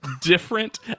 different